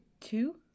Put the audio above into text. Two